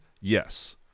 Yes